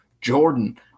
Jordan